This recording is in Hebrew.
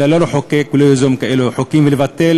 אלא לא לחוקק ולא ליזום כאלה חוקים ולבטל